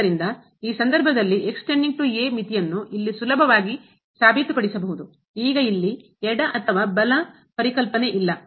ಆದ್ದರಿಂದ ಈ ಸಂದರ್ಭದಲ್ಲಿ ಮಿತಿಯನ್ನು ಇಲ್ಲಿ ಸುಲಭವಾಗಿ ಸಾಬೀತುಪಡಿಸಬಹುದು ಈಗ ಇಲ್ಲಿ ಎಡ ಅಥವಾ ಬಲ ಪರಿಕಲ್ಪನೆ ಇಲ್ಲ